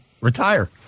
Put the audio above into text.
retire